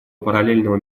параллельного